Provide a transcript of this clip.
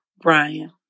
Brian